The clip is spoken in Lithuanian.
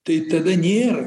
tai tada nėr